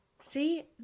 See